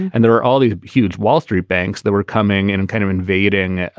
and there are all these huge wall street banks that were coming in and kind of invading